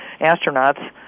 astronauts